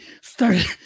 started